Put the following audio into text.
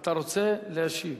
אתה רוצה להשיב?